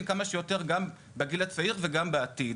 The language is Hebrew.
כמה שיותר גם בגיל הצעיר וגם בעתיד.